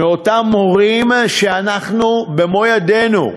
מאותם הורים שאנחנו במו-ידינו,